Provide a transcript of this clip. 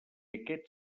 aquest